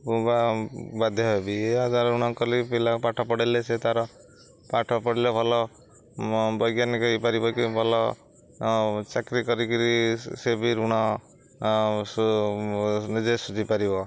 ବା ବାଧ୍ୟ ହେବି ଏହାଦ୍ୱାରା ଋଣ କଲେ ପିଲା ପାଠ ପଢ଼ିଲେ ସେ ତାର ପାଠ ପଢ଼ିଲେ ଭଲ ବୈଜ୍ଞାନିକ ହେଇପାରିବ କି ଭଲ ଚାକିରି କରିକିରି ସେ ବି ଋଣ ନିଜେ ସୁୁଝିପାରିବ